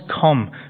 come